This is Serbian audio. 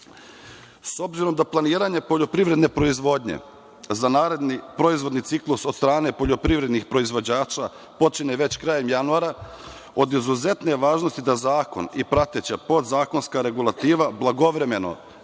obzirom da planiranje poljoprivredne proizvodnje za naredni proizvodni ciklus od strane poljoprivrednih proizvođača počinje već krajem januara, od izuzetne je važnosti da zakon i prateća podzakonska regulativa blagovremeno